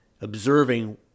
observing